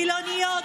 חילוניות,